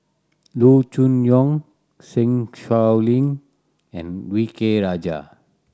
Loo Choon Yong Zeng Shouyin and V K Rajah